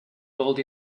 rolled